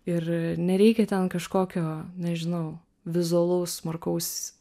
ir nereikia ten kažkokio nežinau vizualaus smarkaus